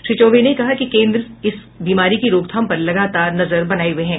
श्री चौबे ने कहा कि केन्द्र इस बीमारी की रोकथाम पर लगातार नजर बनाये हुये हैं